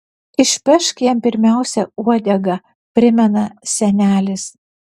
išpešk jam pirmiausia uodegą primena senelis